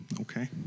okay